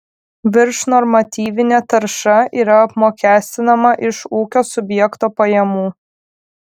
viršnormatyvinė tarša yra apmokestinama iš ūkio subjekto pajamų